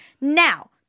Now